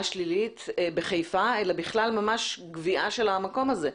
שלילית בחיפה אלא בגלל ממש גוויעה של המקום הזה.